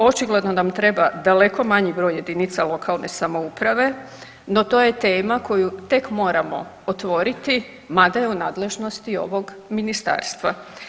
Očigledno nam treba daleko manji broj jedinica lokalne samouprave, no to je tema koju tek moramo otvoriti mada je u nadležnosti ovog ministarstva.